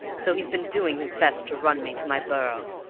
so he's been doing his best to run me to my burrow.